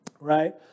right